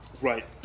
Right